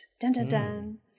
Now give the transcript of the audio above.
Dun-dun-dun